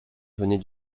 venait